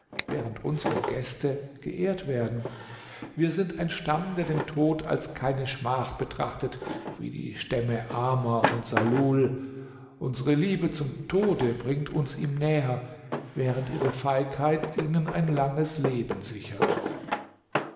während unsere gäste geehrt werden wir sind ein stamm der den tod als keine schmach betrachtet wie die stämme amer und salul unsere liebe zum tode bringt uns ihm näher während ihre feigheit ihnen ein langes leben sichert